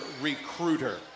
recruiter